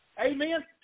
Amen